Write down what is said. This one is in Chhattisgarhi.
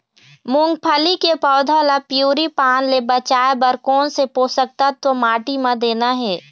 मुंगफली के पौधा ला पिवरी पान ले बचाए बर कोन से पोषक तत्व माटी म देना हे?